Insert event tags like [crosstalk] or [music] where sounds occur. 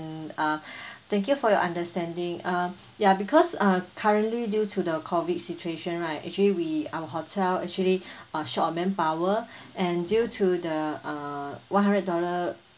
uh [breath] thank you for your understanding uh [breath] ya because uh currently due to the COVID situation right actually we our hotel actually [breath] are short of manpower [breath] and due to the uh one hundred dollar